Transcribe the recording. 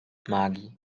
magii